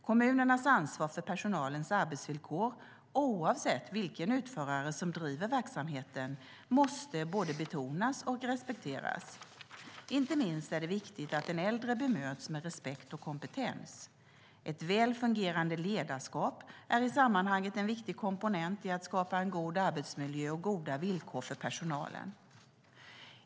Kommunernas ansvar för personalens arbetsvillkor, oavsett vilken utförare som driver verksamheten, måste både betonas och respekteras. Inte minst är det viktigt att den äldre bemöts med respekt och kompetens. Ett väl fungerande ledarskap är i sammanhanget en viktig komponent i att skapa en god arbetsmiljö och goda villkor för personalen.